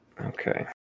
Okay